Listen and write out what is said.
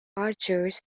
archers